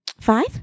Five